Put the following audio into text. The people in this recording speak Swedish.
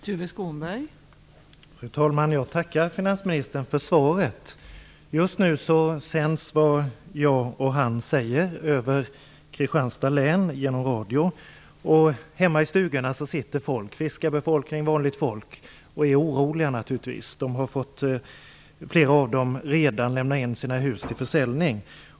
Fru talman! Jag tackar finansministern för svaret. Just nu sänds det som han och jag säger ut via radio över Kristianstads län, och hemma i stugorna sitter folk - fiskarbefolkning och vanligt folk - och är oroliga. Flera av dem har redan fått lämna in sina hus till försäljning.